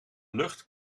lucht